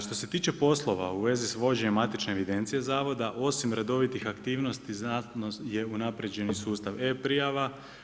Što se tiče poslova u vezi s vođenjem matične evidencije zavoda osim redovitih aktivnosti znatno je unapređen sustav e-prijava.